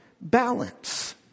balance